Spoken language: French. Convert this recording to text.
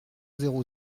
zéro